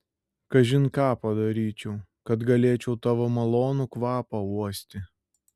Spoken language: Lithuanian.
kažin ką padaryčiau kad galėčiau tavo malonų kvapą uosti